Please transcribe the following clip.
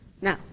now